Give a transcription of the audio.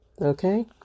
Okay